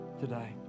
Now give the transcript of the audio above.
today